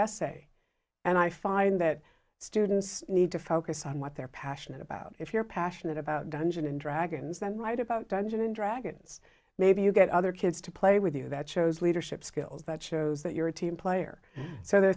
essay and i find that students need to focus on what they're passionate about if you're passionate about dungeons and dragons then write about dungeons and dragons maybe you get other kids to play with you that shows leadership skills that shows that you're a team player so there are